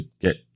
get